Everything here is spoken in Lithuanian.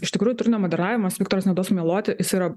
iš tikrųjų turinio moderavimas viktoras neduos sumeluoti jis yra